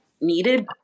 needed